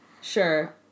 Sure